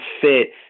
fit